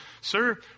sir